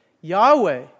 Yahweh